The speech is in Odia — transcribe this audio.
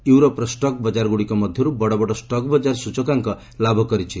ୟୁରୋପ୍ର ଷ୍ଟକ୍ ବଜାରଗ୍ରଡ଼ିକ ମଧ୍ୟର୍ ବଡ଼ ବଡ଼ ଷ୍ଟକ୍ ବଜାର ସ୍ଟଚକାଙ୍କ ଲାଭ କରିଛି